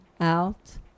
out